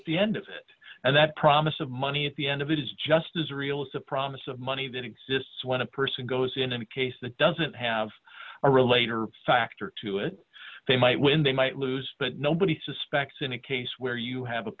at the end of it and that promise of money at the end of it is just israel it's a promise of money that exists when a person goes in a case that doesn't have to relate or factor to it they might win they might lose but nobody suspects in a case where you have a